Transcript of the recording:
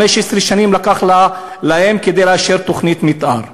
15 שנים לקח להם לאשר תוכנית מתאר.